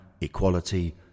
equality